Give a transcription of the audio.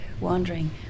wandering